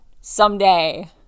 someday